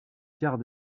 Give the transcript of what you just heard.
quart